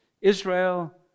israel